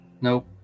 Nope